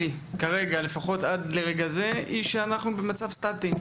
כרגע לפחות עד לרגע זה היא שאנחנו במצב סטטי.